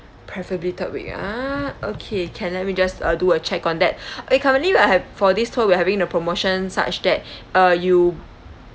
preferably third week ah okay can let me just uh do a check on that eh currently we are have for this tour we're having a promotion such that uh you